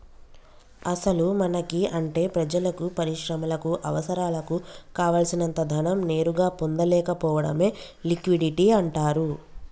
అసలు మనకి అంటే ప్రజలకు పరిశ్రమలకు అవసరాలకు కావాల్సినంత ధనం నేరుగా పొందలేకపోవడమే లిక్విడిటీ అంటారు